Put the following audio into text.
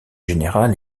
général